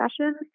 sessions